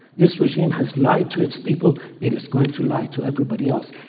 this regime has lied to its people. it is going to lie to everybody else.